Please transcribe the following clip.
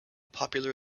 popular